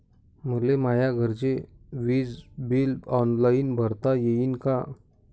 मले माया घरचे विज बिल ऑनलाईन भरता येईन का?